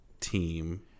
team